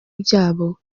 byabo